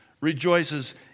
rejoices